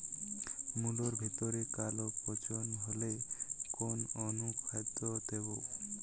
মুলোর ভেতরে কালো পচন হলে কোন অনুখাদ্য দেবো?